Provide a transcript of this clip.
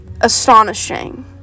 astonishing